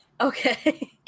Okay